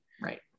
right